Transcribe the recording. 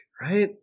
right